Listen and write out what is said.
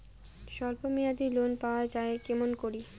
স্বল্প মেয়াদি লোন পাওয়া যায় কেমন করি?